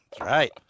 Right